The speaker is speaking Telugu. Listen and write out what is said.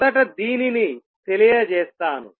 మొదట దీనిని తెలియజేస్తాను